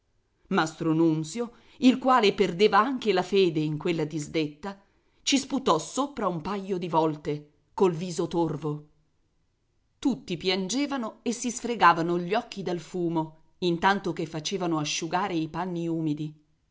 nunzio il quale perdeva anche la fede in quella disdetta ci sputò sopra un paio di volte col viso torvo tutti piangevano e si fregavano gli occhi dal fumo intanto che facevano asciugare i panni umidi